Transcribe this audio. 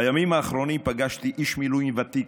בימים האחרונים פגשתי איש מילואים ותיק,